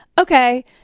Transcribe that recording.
Okay